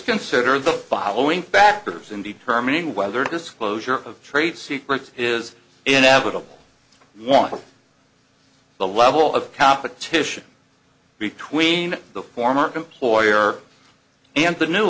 consider the following factors in determining whether disclosure of trade secrets is inevitable one of the level of competition between the former employer and the new